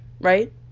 right